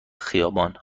خیابان